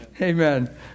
Amen